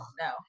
no